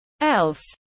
else